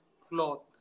cloth